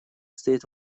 стоит